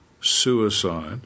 suicide